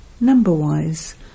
number-wise